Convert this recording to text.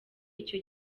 icyo